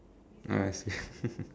oh I see